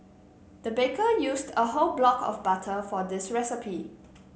the baker used a whole block of butter for this recipe